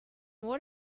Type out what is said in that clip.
what